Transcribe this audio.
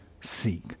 seek